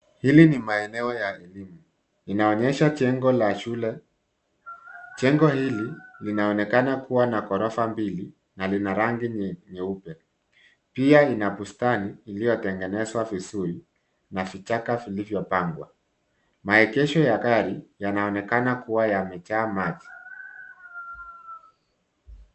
Hili ni maeneo ya elimu, inaonyesha jengo la shule, jengo hili linaonekana kuwa na ghorofa mbili na lina rangi nyingi nyeupe, pia ina bustani iliotengenezwa vizuri na vichaka vilivyo pangwa, maegesho ya gari yanaonekana kuwa yamejaa maji.